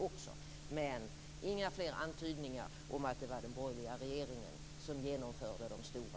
Men: inga fler antydningar om att det var den borgerliga regeringen som genomförde de stora.